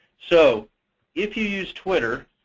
so if you use twitter,